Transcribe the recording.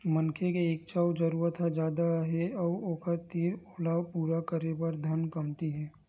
मनखे के इच्छा अउ जरूरत ह जादा हे अउ ओखर तीर ओला पूरा करे बर धन कमती हे